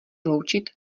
loučit